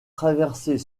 traverser